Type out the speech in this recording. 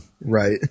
right